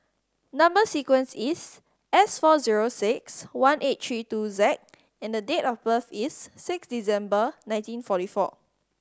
number sequence is S four zero six one eight three two Z and date of birth is six December nineteen forty four